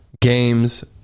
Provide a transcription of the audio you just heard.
games